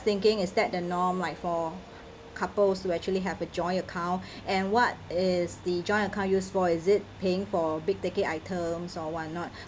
thinking is that the norm like for couples who actually have a joint account and what is the joint account used for is it paying for big ticket items or why not